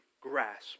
grasp